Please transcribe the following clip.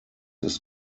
ist